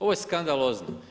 Ovo je skandalozno.